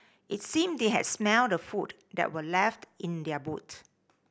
it seemed they had smelt the food that were left in their boot